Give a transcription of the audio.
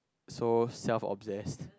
so self obsessed